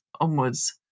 onwards